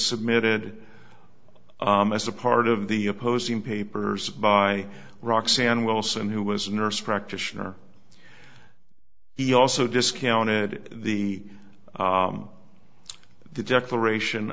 submitted as a part of the opposing papers by roxanne wilson who was a nurse practitioner he also discounted the the declaration